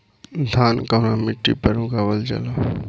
धान कवना मिट्टी पर उगावल जाला?